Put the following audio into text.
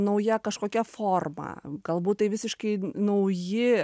nauja kažkokia forma galbūt tai visiškai nauji